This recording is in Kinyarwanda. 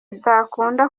bitakunda